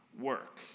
work